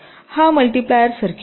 हा multiplier circuit आहे